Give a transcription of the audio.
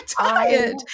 tired